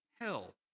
hell